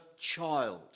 child